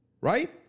Right